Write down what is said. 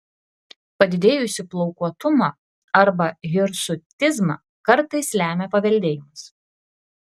padidėjusį plaukuotumą arba hirsutizmą kartais lemia paveldėjimas